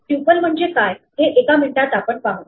tuple म्हणजे काय हे एका मिनिटात आपण पाहू